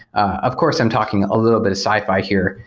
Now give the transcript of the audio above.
of course, i'm talking a little bit of sci-fi here,